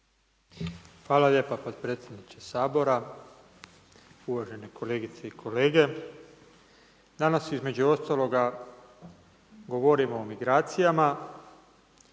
Hvala lijepa potpredsjedniče Sabora, uvažene kolegice i kolege. Danas između ostaloga govorimo o migracijama